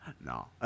No